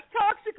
toxic